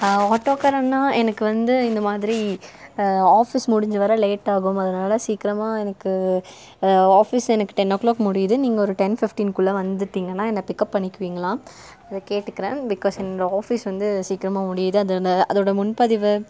ஆட்டோக்கார அண்ணா எனக்கு வந்து இந்த மாதிரி ஆஃபீஸ் முடிஞ்சு வர லேட்டாகும் அதனால் சீக்கிரமாக எனக்கு ஆஃபீஸ் எனக்கு டென் ஓ க்ளாக் முடியுது நீங்கள் ஒரு டென் ஃபிஃப்டின்குள்ளே வந்துவிட்டிங்கன்னா என்னை பிக்கப் பண்ணிக்குவீங்களா அதை கேட்டுக்கிறேன் பிக்காஸ் என்னோடய ஆஃபீஸ் வந்து சீக்கிரமாக முடியுது அதோடு அதோடு முன்பதிவு